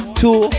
two